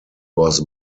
was